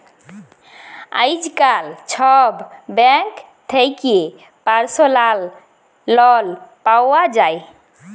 আইজকাল ছব ব্যাংক থ্যাকে পার্সলাল লল পাউয়া যায়